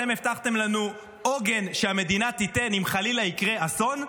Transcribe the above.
אתם הבטחתם לנו עוגן שהמדינה תיתן אם חלילה יקרה אסון,